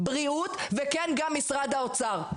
בריאות וכן גם משרד האוצר.